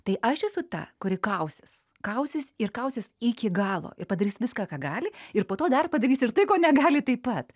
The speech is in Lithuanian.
tai aš esu ta kuri kausis kausis ir kausis iki galo ir padarys viską ką gali ir po to dar padarys ir tai ko negali taip pat